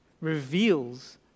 reveals